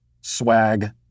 swag